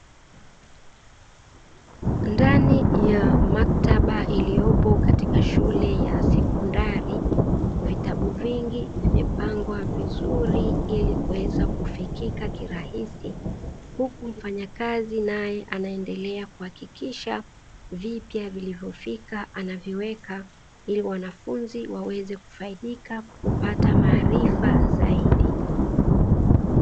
Ndani ya maktaba iliyopo katika shule ya sekondari, vitabu vingi vimepangwa vizuri ili kuweza kufikika kirahisi, huku mfanyakazi nae anaendelea kuhakikisha vipya vilivyofika anaviweka ili wanafunzi waweze kufaidika kupata maarifa zaidi.